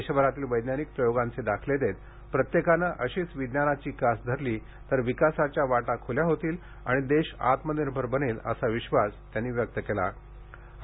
देशभरातील वैज्ञानिक प्रयोगांचे दाखले देत प्रत्येकानं अशीच विज्ञानाची कास धरली तर विकासाच्या वाटा ख्रल्या होतील आणि देश आत्मनिर्भर बनेल असा विश्वास पंतप्रधानांनी कालच्या विज्ञानदिनी व्यक्त केला